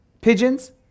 pigeons